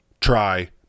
try